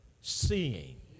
seeing